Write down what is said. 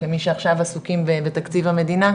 כמי שעכשיו עסוקים בתקציב המדינה,